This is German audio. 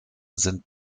sind